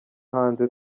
hanze